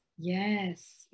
yes